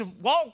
walk